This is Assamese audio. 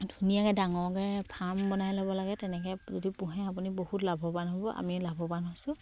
ধুনীয়াকে ডাঙৰকে ফাৰ্ম বনাই ল'ব লাগে তেনেকে যদি পোহে আপুনি বহুত লাভৱান হ'ব আমি লাভৱান হৈছোঁ